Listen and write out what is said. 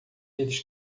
eles